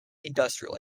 industrial